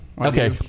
Okay